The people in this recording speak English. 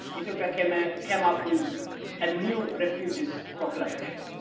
ethiopia came ah came up with a new refugees proclamation.